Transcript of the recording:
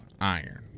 iron